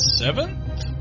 seventh